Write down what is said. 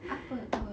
apa what